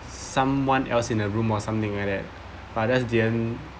someone else in a room or something like that but that didn't